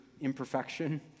imperfection